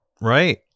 Right